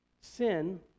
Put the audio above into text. sin